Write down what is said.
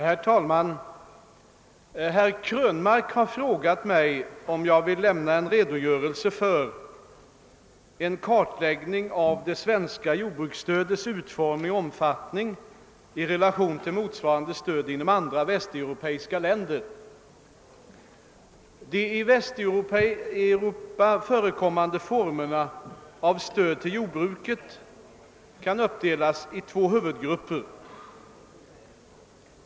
Herr talman! Herr Krönmark har frågat mig om jag vill lämna en redogörelse för — en kartläggning av — det svenska jordbruksstödets utformning och omfattning i relation till motsvarande stöd inom andra västeuropeiska länder. De i Västeuropa förekommande formerna av stöd till jordbruket kan uppdelas i två huvudgrupper.